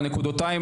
או נקודתיים,